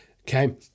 Okay